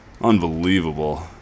Unbelievable